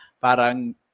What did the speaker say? parang